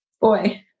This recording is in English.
boy